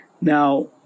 Now